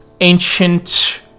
ancient